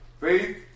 Faith